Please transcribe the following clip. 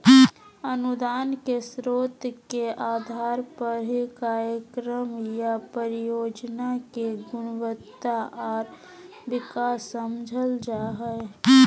अनुदान के स्रोत के आधार पर ही कार्यक्रम या परियोजना के गुणवत्ता आर विकास समझल जा हय